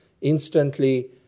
instantly